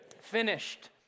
Finished